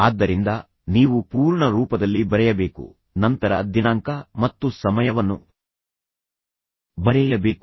ಆದ್ದರಿಂದ ನೀವು ಪೂರ್ಣ ರೂಪದಲ್ಲಿ ಬರೆಯಬೇಕು ನಂತರ ದಿನಾಂಕ ಮತ್ತು ಸಮಯವನ್ನು ಬರೆಯಬೇಕು